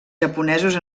japonesos